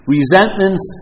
Resentments